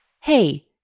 Hey